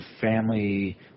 family